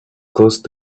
close